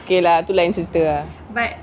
okay lah tu lain cerita ah